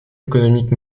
économique